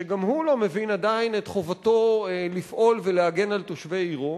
שלא מבין עדיין את חובתו לפעול ולהגן על תושבי עירו,